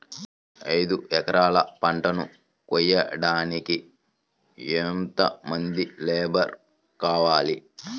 ఐదు ఎకరాల పంటను కోయడానికి యెంత మంది లేబరు కావాలి?